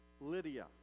Lydia